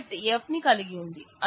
ఈ set F ని కలిగి ఉంది